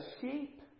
sheep